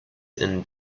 and